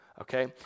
okay